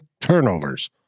turnovers